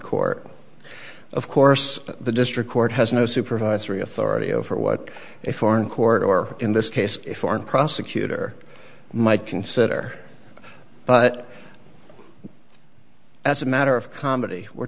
court of course the district court has no supervisory authority over what a foreign court or in this case a foreign prosecutor might consider but as a matter of comedy we're